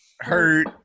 hurt